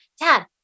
Dad